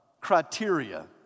criteria